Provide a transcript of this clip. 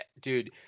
dude